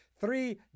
three